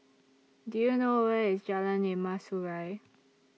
Do YOU know Where IS Jalan Emas Urai